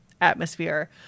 atmosphere